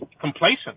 complacent